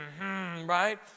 Right